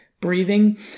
breathing